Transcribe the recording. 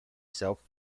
self